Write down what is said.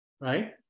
right